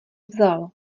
vzal